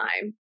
time